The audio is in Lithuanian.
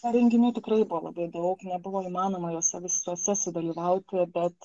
na renginių tikrai buvo labai daug nebuvo įmanoma juose visas sudalyvauti bet